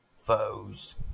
foes